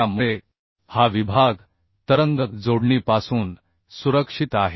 त्यामुळे हा विभाग तरंग जोडणीपासून सुरक्षित आहे